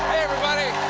everybody!